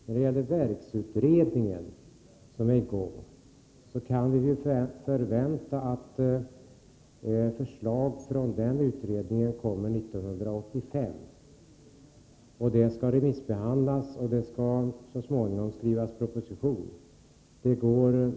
När det gäller den pågående verksutredningen kan vi förvänta förslag från den under 1985. Det förslaget skall remissbehandlas, och sedan skall så småningom en proposition skrivas.